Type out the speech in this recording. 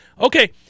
Okay